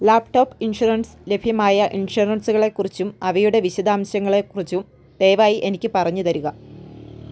laptop insurance ലഭ്യമായ ഇൻഷുറൻസുകളെ കുറിച്ചും അവയുടെ വിശദാംശങ്ങളെ കുറിച്ചും ദയവായി എനിക്ക് പറഞ്ഞുതരിക